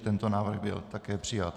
Tento návrh byl také přijat.